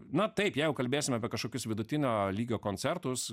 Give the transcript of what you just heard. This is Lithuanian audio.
na taip jeigu kalbėsim apie kažkokius vidutinio lygio koncertus